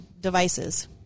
devices